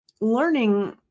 learning